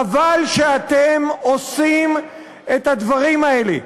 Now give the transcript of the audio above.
חבל שאתם עושים את הדברים האלה.